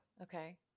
Okay